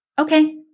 okay